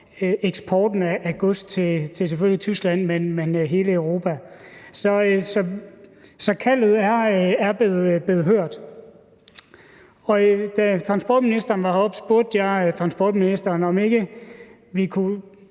eksporten af gods til selvfølgelig Tyskland, men også hele Europa. Så kaldet er blevet hørt. Da transportministeren var heroppe, spurgte jeg ham, om vi ikke kunne